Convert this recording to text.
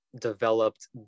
developed